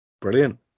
Brilliant